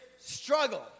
struggle